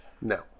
No